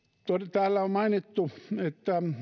täällä on mainittu että